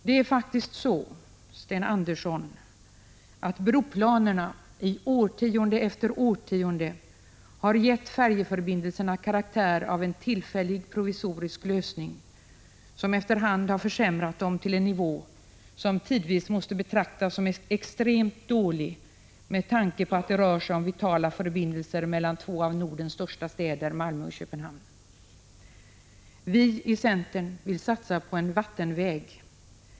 Det är faktiskt så, Sten Andersson i Malmö, att broplanerna i årtionde efter årtionde har gett färjeförbindelserna karaktär av en tillfällig provisorisk lösning, som efter hand har försämrat dem till en nivå som tidvis måste betraktas som extremt dålig med tanke på att det rör sig om vitala förbindelser mellan två av Nordens största städer, Malmö och Köpenhamn. Vi i centern vill satsa på en vattenväg.